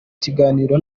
kiganiro